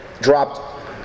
dropped